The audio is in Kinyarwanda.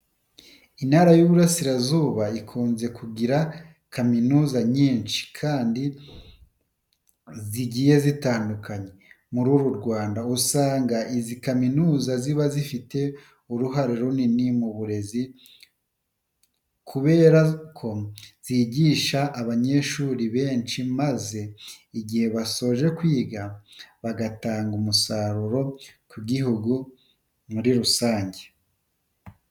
Intara y'Iburasirazuba ikunze kugira kaminuza nyinshi kandi zigiye zitandukanye. Muri uru Rwanda usanga izi kaminuza ziba zifite uruhare runini mu burezi kubera ko zigisha abanyeshuri benshi maze igihe basoje kwiga bagatanga umusaruro ku gihugu muri rusange.